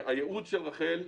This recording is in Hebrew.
הייעוד של רח"ל,